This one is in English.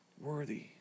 Worthy